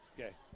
Okay